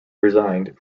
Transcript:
resigned